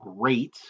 great